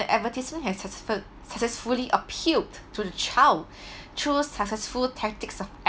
the advertisement has such ful~ such as fully appealed to the child truest successful tactics of